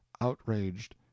outraged